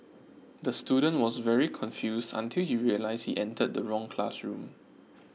the student was very confused until he realised he entered the wrong classroom